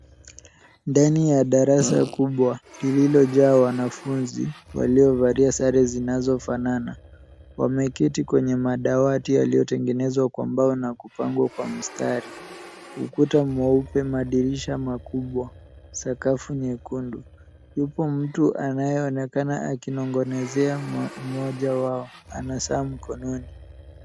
Ndani ya darasa kubwa lililojaa wanafunzi waliovalia sare zinazofanana. Wameketi kwenye madawati yaliyotengenezwa kwa mbao na kupangwa kwa mstari. Ukuta mweupe, madirisha makubwa, sakafu nyekundu. Yupo mtu anayeonekana akinong'onezea mmoja wao ana saa mkononi.